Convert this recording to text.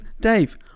dave